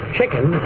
Chicken